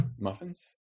Muffins